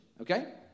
Okay